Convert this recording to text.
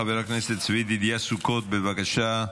חבר הכנסת צבי ידידיה סוכות, בבקשה.